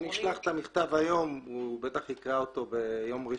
אם אני אשלח את המכתב היום הוא בטח יקרא אותו ביום ראשון,